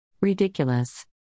Ridiculous